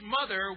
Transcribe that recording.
mother